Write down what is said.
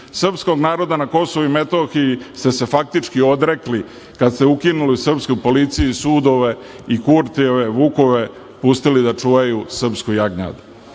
Srpskog naroda na Kosovu i Metohiji ste se faktički odrekli kada ste ukinuli srpsku policiju i sudove i Kurtijeve vukove pustili da čuvaju srpsku jagnjad.